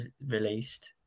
released